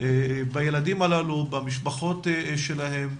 בילדים הללו, במשפחות שלהם,